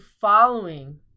following